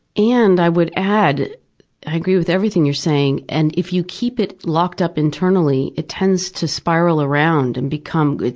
and, i would add i agree with everything you're saying and if you keep it locked up internally, it tends to spiral around and become,